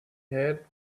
had